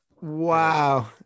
wow